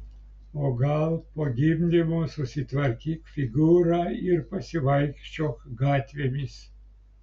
o gal po gimdymo susitvarkyk figūrą ir pasivaikščiok gatvėmis